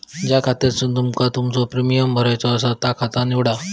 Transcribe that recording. ज्या खात्यासून तुमका तुमचो प्रीमियम भरायचो आसा ता खाता निवडा